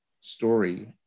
story